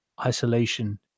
Isolation